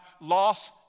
loss